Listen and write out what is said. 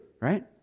right